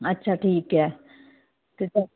ਅੱਛਾ ਠੀਕ ਹੈ ਅਤੇ